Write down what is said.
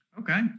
Okay